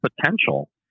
potential